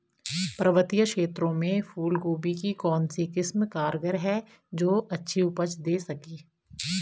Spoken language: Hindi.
पर्वतीय क्षेत्रों में फूल गोभी की कौन सी किस्म कारगर है जो अच्छी उपज दें सके?